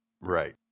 Right